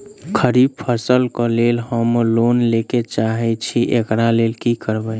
खरीफ फसल केँ लेल हम लोन लैके चाहै छी एकरा लेल की करबै?